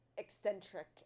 Eccentric